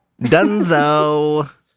Dunzo